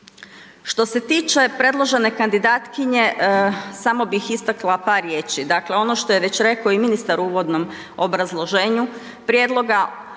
Što se tiče predložene kandidatkinje samo bih istakla par riječi, dakle ono što je već rekao i ministar u uvodnom obrazloženju prijedloga,